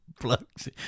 Blokes